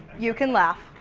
you can laugh!